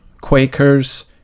quakers